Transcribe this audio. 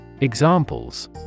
Examples